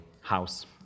House